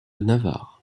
navarre